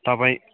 तपाईँ